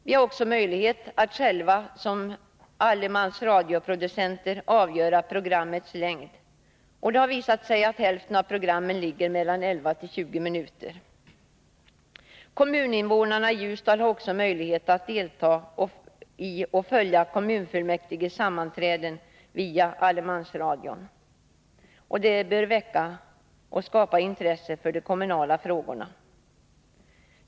Vi har också möjlighet att själva som allemansradioproducenter avgöra programmets längd — och det har visat sig att hälften av programmen ligger mellan 11 och 20 minuter. Kommuninnevånarna i Ljusdal har också möjlighet att delta i och följa kommunfullmäktiges sammanträden via allemansradion. Det bör väcka och skapa intresse för de kommunala frågorna.